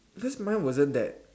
because mine wasn't that